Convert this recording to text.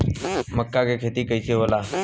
मका के खेती कइसे होला?